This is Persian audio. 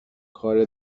کار